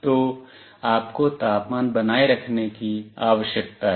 तो आपको तापमान बनाए रखने की आवश्यकता है